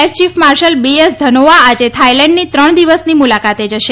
air chief marshal Dhanoa આજે થાઇલેન્ડની ત્રણ દિવસની મુલાકાતે જશે